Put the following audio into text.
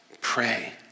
pray